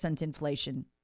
inflation